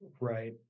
Right